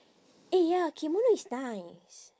eh ya kimono is nice